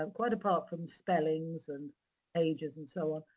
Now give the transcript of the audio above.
um quite apart from spellings, and ages, and so on,